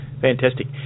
Fantastic